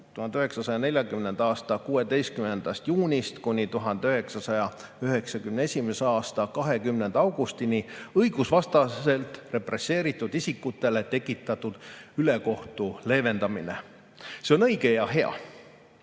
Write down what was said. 1940. aasta 16. juunist kuni 1991. aasta 20. augustini õigusvastaselt represseeritud isikutele tekitatud ülekohtu leevendamine. See on õige ja hea.